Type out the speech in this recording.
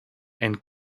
and